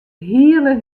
hiele